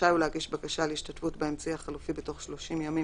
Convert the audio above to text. רשאי הוא להגיש בקשה להשתתפות באמצעי החלופי בתוך 30 ימים